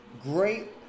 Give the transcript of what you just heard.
great